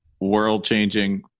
world-changing